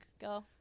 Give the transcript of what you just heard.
go